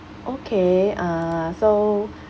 okay uh so